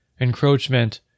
encroachment